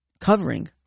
Covering